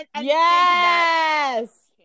Yes